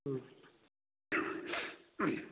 ꯎꯝ